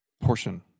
portion